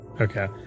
Okay